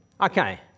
Okay